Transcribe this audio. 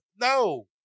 No